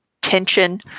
tension